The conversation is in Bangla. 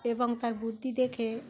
এবং তার বুদ্ধি দেখে